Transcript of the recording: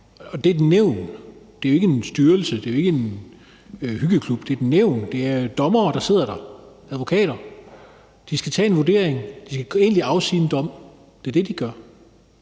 og det er et nævn. Det er jo ikke en styrelse. Det er ikke en hyggeklub. Det er et nævn. Det er dommere og advokater, der sidder der. De skal foretage en vurdering. De skal egentlig afsige en dom. Det er det, de gør.